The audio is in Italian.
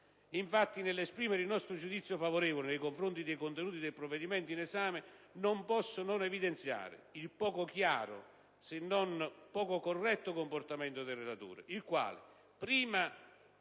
infatti, nell'esprimere il nostro giudizio favorevole nei confronti dei contenuti del provvedimento in esame, non posso non evidenziare il poco chiaro, se non addirittura poco corretto, comportamento del relatore, il quale, prima,